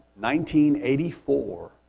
1984